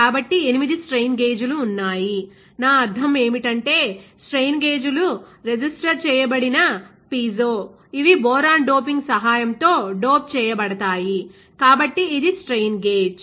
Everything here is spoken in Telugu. కాబట్టి 8 స్ట్రెయిన్ గేజ్లు ఉన్నాయి నా అర్థం ఏమిటంటే స్ట్రెయిన్ గేజ్లు రెజిస్టర్ చేయబడిన పిజో ఇవి బోరాన్ డోపింగ్ సహాయంతో డోప్ చేయబడతాయి కాబట్టి ఇది స్ట్రెయిన్ గేజ్